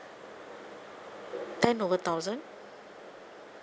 ten over thousand